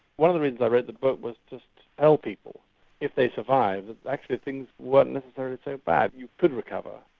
one of the reasons i wrote the book was just to tell people if they survive that actually things weren't necessarily so bad. you could recover.